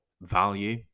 value